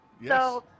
Yes